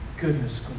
Goodness